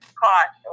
cost